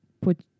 put